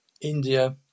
India